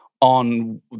on